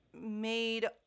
made